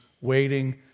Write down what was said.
waiting